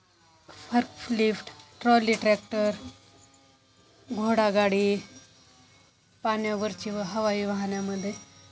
हर्फलिफ्ट trolley tractor घोडागाडी पाण्यावरची व हवाई वाहनामध्ये